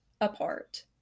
apart